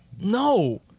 No